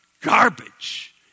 Garbage